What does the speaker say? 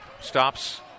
Stops